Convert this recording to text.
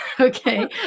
okay